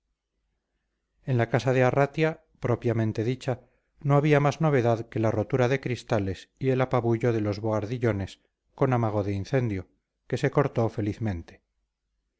en la casa de arratia propiamente dicha no había más novedad que la rotura de cristales y el apabullo de los bohardillones con amago de incendio que se cortó felizmente